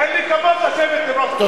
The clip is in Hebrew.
אין לי כבוד לשבת עם ראש ממשלה כזה.